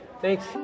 Thanks